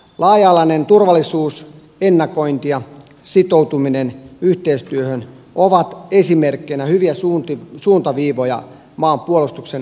laaja alainen turvallisuus ennakointi ja sitoutuminen yhteistyöhön ovat esimerkkeinä hyviä suuntaviivoja maan puolustuksen kehittämiseksi